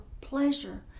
pleasure